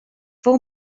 fou